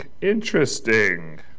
Interesting